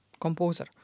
composer